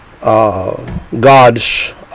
God's